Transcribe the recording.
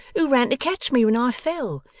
who ran to catch me when i fell,